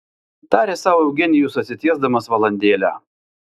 tarė sau eugenijus atsitiesdamas valandėlę